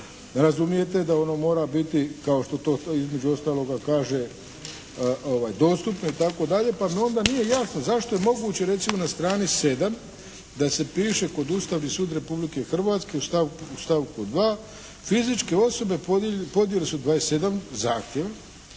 razumijete, da ono mora biti kao što to između ostaloga kaže dostupno itd., pa mi onda nije jasno zašto je moguće recimo na strani 7 da se piše kod Ustavni sud Republike Hrvatske u stavku 2. fizičke osobe podnijele su 27 zahtjeva,